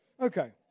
Okay